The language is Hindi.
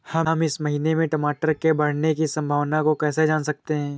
हम इस महीने में टमाटर के बढ़ने की संभावना को कैसे जान सकते हैं?